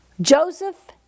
Joseph